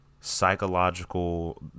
psychological